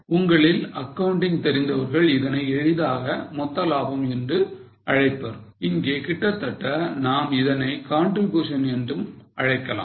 உங்களில் அக்கவுண்டிங் தெரிந்தவர்கள் இதனை எளிதாக மொத்த லாபம் என்று அழைப்பர் இங்கே கிட்டத்தட்ட நாம் இதனை contribution என்று அழைக்கலாம்